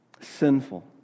sinful